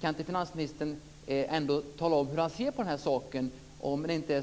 Kan inte finansministern tala om hur han ser på detta?